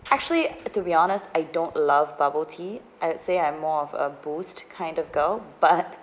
actually to be honest I don't love bubble tea at say I'm more of a Boost kind of girl but